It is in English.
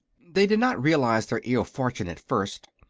they did not realize their ill fortune at first,